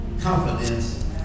confidence